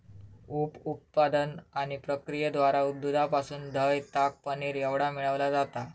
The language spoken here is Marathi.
उप उत्पादन आणि प्रक्रियेद्वारा दुधापासून दह्य, ताक, पनीर एवढा मिळविला जाता